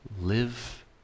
live